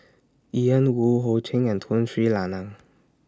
Ian Woo Ho Ching and Tun Sri Lanang